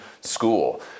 school